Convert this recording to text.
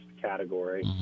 category